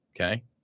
Okay